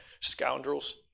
scoundrels